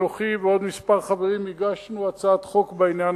אנוכי ועוד כמה חברים הגשנו הצעת חוק בעניין